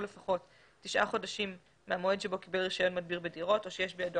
לפחות 9 חודשים מהמועד שבו קיבל רישיון מדביר בדירות או שיש בידו